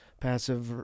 passive